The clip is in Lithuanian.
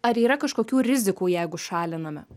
ar yra kažkokių rizikų jeigu šaliname